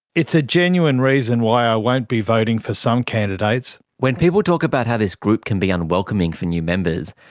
it's a genuine reason why i won't be voting for some candidates. when people talk about how this group can be unwelcoming for new members,